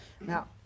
Now